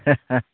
हा हा